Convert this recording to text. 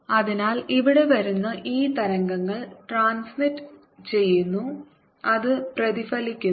അതിനാൽ ഇവിടെ വരുന്ന ഈ തരംഗങ്ങൾ ട്രാൻസ്മിറ് ചെയ്യുന്നു അത് പ്രതിഫലിക്കുന്നു